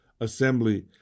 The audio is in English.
assembly